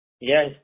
Yes